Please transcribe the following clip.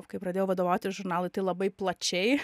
kai pradėjau vadovauti žurnalui tai labai plačiai